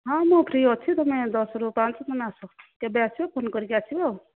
ହଁ ମୁଁ ଫ୍ରୀ ଅଛି ତୁମେ ଦଶରୁ ପାଞ୍ଚ ତୁମେ ଆସ କେବେ ଆସିବ ଫୋନ କରିକି ଆସିବ ଆଉ